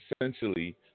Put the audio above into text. essentially